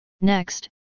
Next